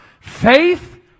Faith